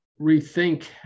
rethink